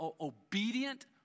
obedient